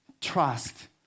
Trust